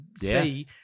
see